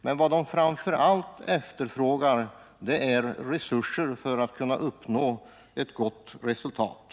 Men vad arbetsgruppen framför allt efterfrågar är resurser för att kunna uppnå ett gott resultat.